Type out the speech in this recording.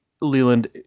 Leland